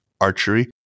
Archery